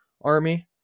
Army